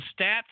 stats